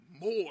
more